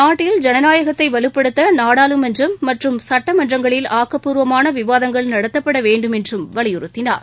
நாட்டில் ஜனநாயகத்தை வலுப்படுத்த நாடாளுமன்றம் மற்றும் சட்டமன்றங்களில் ஆக்கப்பூர்வமான விவாதங்கள் நடத்தப்படவேண்டும் என்றும் வலியுறுத்தினார்